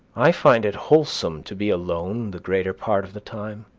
i find it wholesome to be alone the greater part of the time.